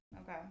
Okay